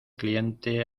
cliente